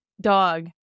Dog